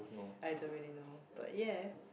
I don't really know but ya